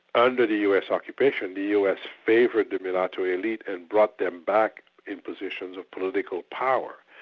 under the us occupation the us favoured the mulatto elite and brought them back in positions of political power,